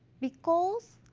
because